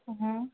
हाँ